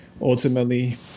ultimately